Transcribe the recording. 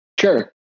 Sure